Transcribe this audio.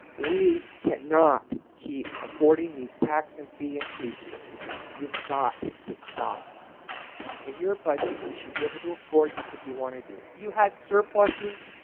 we cannot keep affording these tax and fee increases you've got to stop in your budget. you should be able to afford this if you want to do it, you had surpluses.